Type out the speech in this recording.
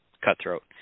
cutthroat